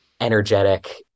energetic